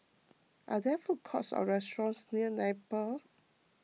are there food courts or restaurants near Napier